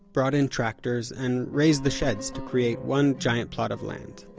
brought in tractors and razed the sheds to create one giant plot of land.